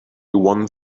one